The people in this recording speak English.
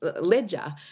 ledger